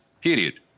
period